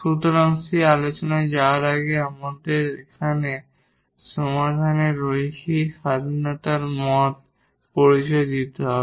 সুতরাং সেই আলোচনায় যাওয়ার আগে আমাদের এখানে সমাধানের লিনিয়ার ইন্ডিপেন্ডেট এর মত পরিচয় দিতে হবে